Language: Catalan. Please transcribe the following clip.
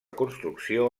construcció